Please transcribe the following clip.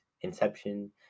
Inception